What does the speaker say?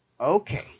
Okay